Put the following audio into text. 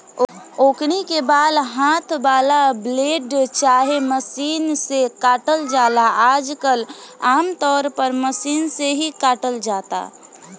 ओकनी के बाल हाथ वाला ब्लेड चाहे मशीन से काटल जाला आजकल आमतौर पर मशीन से ही काटल जाता